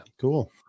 Cool